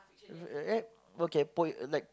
yeah or you can put it like